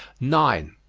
nine.